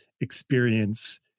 experience